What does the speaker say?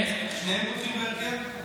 שניהם פותחים בהרכב?